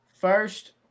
first